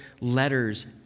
letters